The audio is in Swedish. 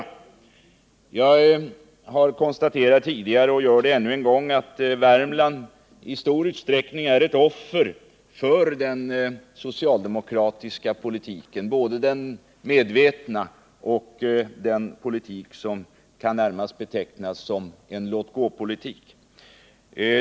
Jag har tidigare konstaterat, och gör det än en gång, att Värmland i stor utsträckning är ett offer för den socialdemokratiska politiken, både den medvetna och den som närmast kan betecknas som en låt-gå-politik.